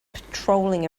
patrolling